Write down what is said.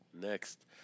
next